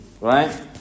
right